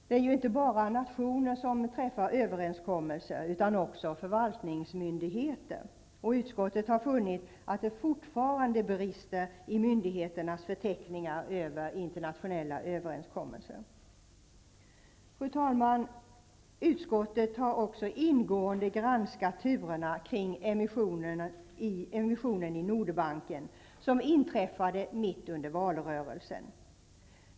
Det är inte bara nationer som träffar överenskommelser utan också förvaltningsmyndigheter. Utskottet har funnit att det fortfarande brister i myndigheternas förteckningar över internationella överenskommelser. Fru talman! Utskottet har också ingående granskat turerna kring emissionen i Nordbanken, som inträffade mitt under valrörelsen.